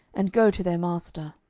and go to their master.